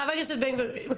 חבר הכנסת בן גביר בבקשה.